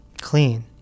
clean